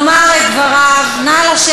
פרסם המכון הישראלי לדמוקרטיה את העובדה הכל-כך